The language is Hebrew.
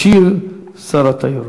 ישיב שר התיירות.